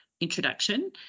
introduction